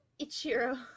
ichiro